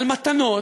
על מתנות,